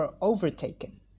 overtaken